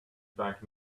back